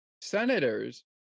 Senators